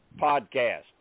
Podcast